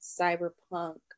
cyberpunk